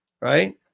right